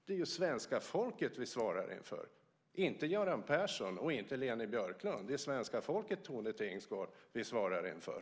Det är ju svenska folket som vi svarar inför, inte Göran Persson och inte Leni Björklund. Det är svenska folket, Tone Tingsgård, som vi svarar inför.